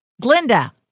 Glinda